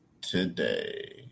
today